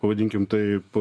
pavadinkim taip